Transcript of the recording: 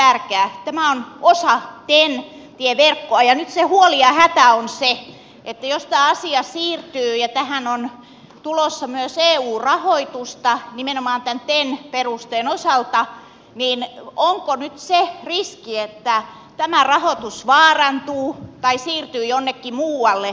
tämä on osa ten tieverkkoa ja nyt se huoli ja hätä on se jos tämä asia siirtyy että kun tähän on tulossa myös eu rahoitusta nimenomaan tämän ten perusteen osalta niin onko nyt se riski että tämä rahoitus vaarantuu tai siirtyy jonnekin muualle